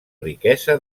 riquesa